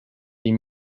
die